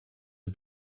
are